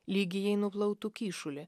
lygi jei nuplautų kyšulį